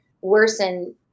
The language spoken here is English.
worsen